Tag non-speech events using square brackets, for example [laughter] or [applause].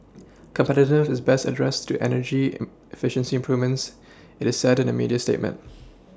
competitiveness is best addressed through energy [hesitation] efficiency improvements it is said in a media statement